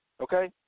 Okay